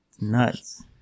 Nuts